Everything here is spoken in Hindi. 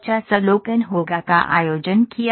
50 अवलोकन होगा का आयोजन किया